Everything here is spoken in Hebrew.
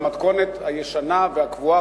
במתכונת הישנה והקבועה.